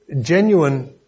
genuine